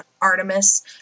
Artemis